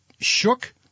shook